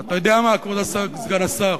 אתה יודע מה, כבוד סגן השר,